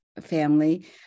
family